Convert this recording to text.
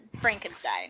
Frankenstein